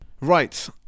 Right